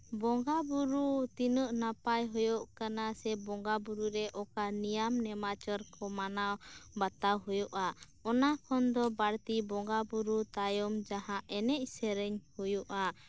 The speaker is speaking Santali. ᱵᱚᱸᱜᱟ ᱵᱩᱨᱩ ᱛᱤᱱᱟᱹᱜ ᱱᱟᱯᱟᱭ ᱦᱳᱭᱳᱜ ᱠᱟᱱᱟ ᱥᱮ ᱵᱚᱸᱜᱟ ᱵᱩᱨᱩ ᱨᱮ ᱱᱤᱭᱟᱢ ᱱᱮᱢᱟᱪᱟᱨ ᱠᱚ ᱢᱟᱱᱟᱣ ᱵᱟᱛᱟᱣ ᱦᱳᱭᱳᱜᱼᱟ ᱚᱱᱟᱠᱷᱚᱱ ᱫᱚ ᱵᱟᱹᱲᱛᱤ ᱵᱚᱸᱜᱟ ᱵᱩᱨᱩ ᱛᱟᱭᱚᱢ ᱡᱟᱦᱟᱸ ᱮᱱᱮᱡ ᱥᱮᱨᱮᱧ ᱦᱳᱭᱳᱜ ᱟ